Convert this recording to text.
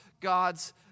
God's